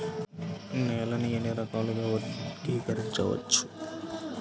నేలని ఎన్ని రకాలుగా వర్గీకరించవచ్చు?